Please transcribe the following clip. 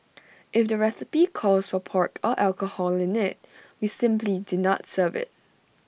if the recipe calls for pork or alcohol in IT we simply do not serve IT